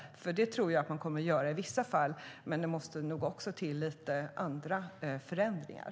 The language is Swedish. Det tror jag att de kommer att göra i vissa fall, men det måste nog även till lite andra förändringar.